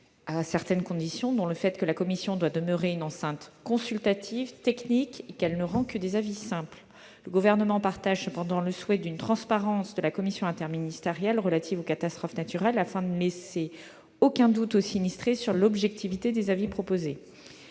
à certaines conditions : la commission doit demeurer une enceinte consultative, technique, et ne doit rendre que des avis simples. Cependant, le Gouvernement partage le souhait d'une transparence de la commission interministérielle relative aux catastrophes naturelles afin de ne laisser aucun doute aux sinistrés sur l'objectivité des avis proposés.